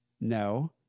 No